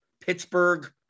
Pittsburgh